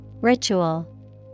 Ritual